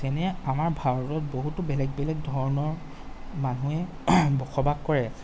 যেনে আমাৰ ভাৰতত বহুতো বেলেগ বেলেগ ধৰণৰ মানুহে বসবাস কৰে